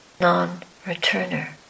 non-returner